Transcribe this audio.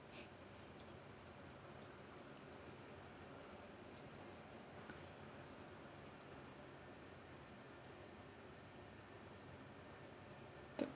the